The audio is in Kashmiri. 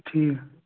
ٹھیٖک